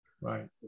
right